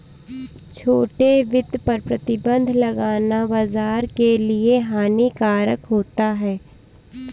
छोटे वित्त पर प्रतिबन्ध लगाना बाज़ार के लिए हानिकारक होता है